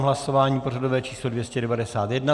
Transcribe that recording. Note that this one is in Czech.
Je to hlasování pořadové číslo 291.